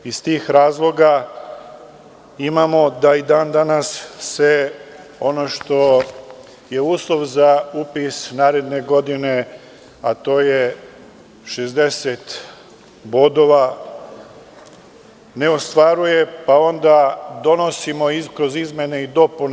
Iz tih razloga imamo da i dan danas se ono što je uslov za upis naredne godine, a to je 60 bodova, ne ostvaruje, pa onda donosimo kroz izmene i dopune.